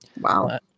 Wow